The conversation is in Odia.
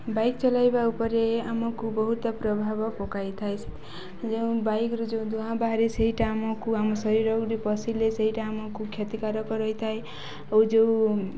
ବାଇକ୍ ଚଲାଇବା ଉପରେ ଆମକୁ ବହୁତ ପ୍ରଭାବ ପକାଇଥାଏ ଯେଉଁ ବାଇକ୍ରୁ ଯେଉଁ ଧୂଆଁ ବାହାରେ ସେଇଟା ଆମକୁ ଆମ ଶରୀରରେ ପଶିଲେ ସେଇଟା ଆମକୁ କ୍ଷତିକାରକ ରହିଥାଏ ଆଉ ଯେଉଁ